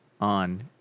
on